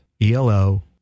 ELO